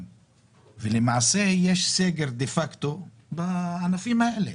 אבל לא נותנים להם פיצויים ולמעשה יש סגר דה פקטו בענפים האלה